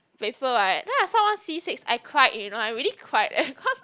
paper right then I saw one C six I cried you know I really cried leh cause